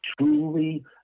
truly